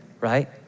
right